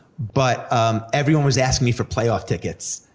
but everyone was asking me for playoff tickets.